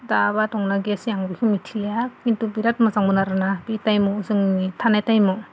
दाबा दंना गैयासै आं बेखौ मिथिलिया किन्तु बिराद मोजांमोन आरोना बै टाइमाव जोंनि थानाय टाइमाव